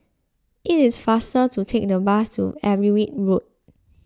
it is faster to take the bus to Everitt Road